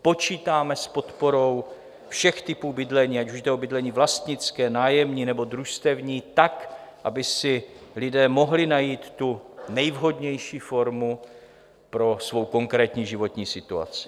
Počítáme s podporou všech typů bydlení, ať už jde o bydlení vlastnické, nájemní nebo družstevní tak, aby si lidé mohli najít tu nejvhodnější formu pro svou konkrétní životní situaci.